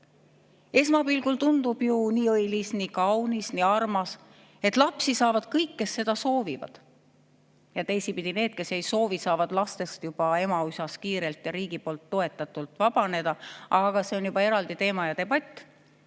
Esmapilgul tundub ju nii õilis, nii kaunis ja nii armas, et lapsi saavad kõik, kes seda soovivad. Ja teisipidi need, kes ei lapsi soovi, saavad neist juba emaüsas kiirelt ja riigi poolt toetatult vabaneda. Aga see on juba eraldi teema ja debatt.